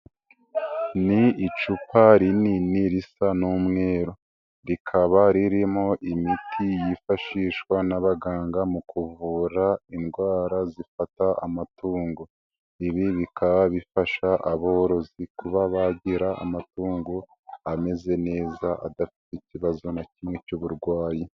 Ni icupa rinini risa n'umweru, rikaba ririmo imiti yifashishwa n'abaganga mu kuvura indwara zifata amatungo, ibi bika bifasha aborozi kuba bagira amatungo ameze neza, adafite ikibazo na kimwe cy'uburwayi.